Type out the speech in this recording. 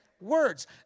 words